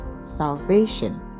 salvation